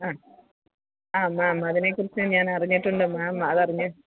ആ ആ മേം അതിനെ കുറിച്ച് ഞാനറിഞ്ഞിട്ടുണ്ട് മേം അതറിഞ്ഞ്